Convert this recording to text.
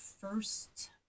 first